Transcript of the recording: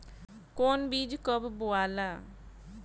कौन बीज कब बोआला?